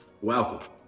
Welcome